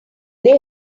they